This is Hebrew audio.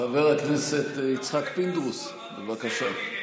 חבר הכנסת יצחק פינדרוס, בבקשה.